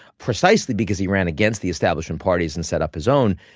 precisely because he ran against the establishment parties and set up his own,